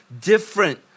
different